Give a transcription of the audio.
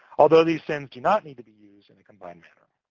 although these sin's do not need to be used in a combined manner,